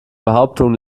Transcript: behauptungen